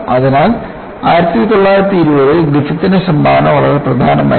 അതിനാൽ 1920 ൽ ഗ്രിഫിത്തിന്റെ സംഭാവന വളരെ പ്രധാനമായിരുന്നു